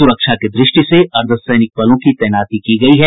सुरक्षा की दृष्टि से अर्द्वसैनिक बलों की तैनाती की गयी है